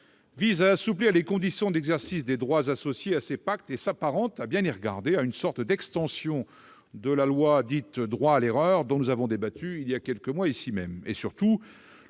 d'assouplir les conditions d'exercice des droits associés à ces pactes et s'apparente, à bien y regarder, à une sorte d'extension de la loi sur le « droit à l'erreur » dont nous avons débattu voilà quelques mois ici même.